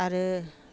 आरो